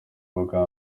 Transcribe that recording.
ubwa